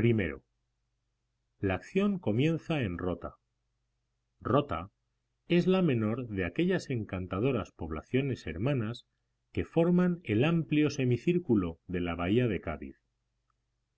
i la acción comienza en rota rota es la menor de aquellas encantadoras poblaciones hermanas que forman el amplio semicírculo de la bahía de cádiz